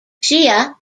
shia